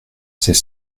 c’est